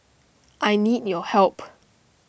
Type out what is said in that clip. I need your help